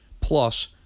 plus